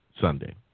Sunday